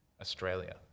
australia